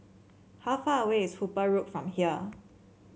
how far away is Hooper Road from here